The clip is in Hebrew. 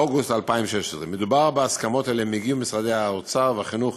אוגוסט 2016. מדובר בהסכמות שאליהן הגיעו משרדי האוצר והחינוך